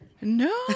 No